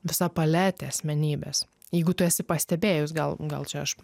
visa paletė asmenybės jeigu tu esi pastebėjus gal gal čia aš